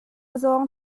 zawng